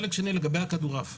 חלק שני, לגבי הכדורעף.